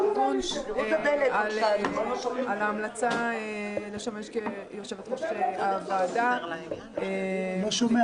אין הרביזיה על הקמת הוועדה המיוחדת